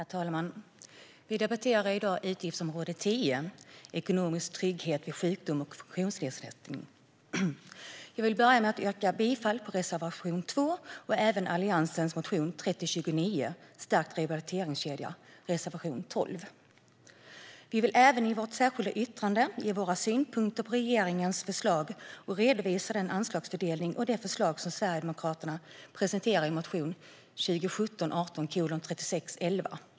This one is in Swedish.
Herr talman! Vi debatterar i dag utgiftsområde 10, Ekonomisk trygghet vid sjukdom och funktionsnedsättning. Jag vill börja med att yrka bifall till reservation 2 och även till Alliansens motion 3029 om stärkt rehabiliteringskedja, reservation 12. I vårt särskilda yttrande ger vi våra synpunkter på regeringens förslag och redovisar den anslagsfördelning och de förslag som Sverigedemokraterna presenterar i motion 2017/18:3611.